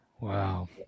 wow